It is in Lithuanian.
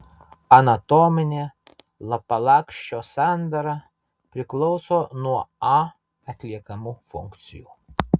anatominė lapalakščio sandara priklauso nuo a atliekamų funkcijų